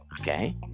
Okay